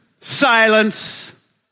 Silence